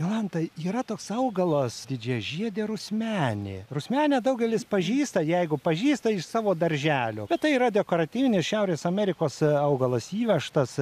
jolanta yra toks augalas didžiažiedė rusmenė rusmenę daugelis pažįsta jeigu pažįsta iš savo darželio bet tai yra dekoratyvinis šiaurės amerikos augalas įvežtas